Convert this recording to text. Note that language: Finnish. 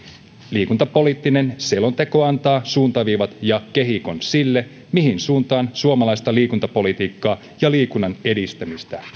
liikuntapoliittinen selonteko antaa suuntaviivat ja kehikon sille mihin suuntaan suomalaista liikuntapolitiikkaa ja liikunnan edistämistä